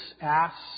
asks